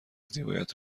زیبایت